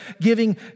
giving